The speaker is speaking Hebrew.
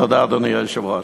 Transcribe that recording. תודה, אדוני היושב-ראש.